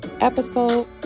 episode